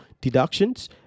deductions